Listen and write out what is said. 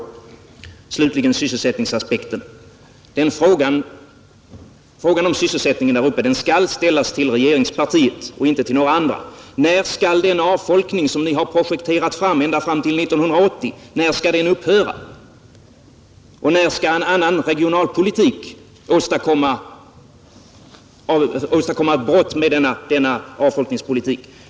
Vad beträffar sysselsättningen där uppe skall den frågan ställas till regeringspartiet och inte till några andra. När skall den avfolkning upphöra som ni projekterat fram ända till 1980? Och när skall en annan regionalpolitik åstadkomma ett brytande av denna avfolkning?